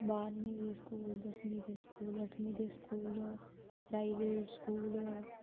बाह्रमी दे स्कूल दसमीं दे स्कूल अठमीं दे स्कूल प्राइवेट स्कूल